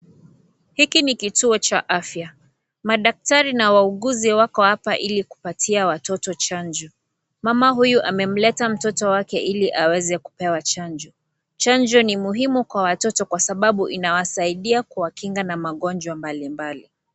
Hiki ni kituo cha afya, madaktari na wauuguzi wako hapa ilikupatia watoto chanjo, mama huyu amemleta mtoto wake iliaweze kupewa chanjo, chanjo ni muhimu kwa watoto kwa sababu inawasaidia kuwa kinga na magonjwa mbalimbali .